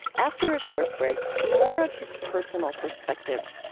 after a short break, more of his personal perspective,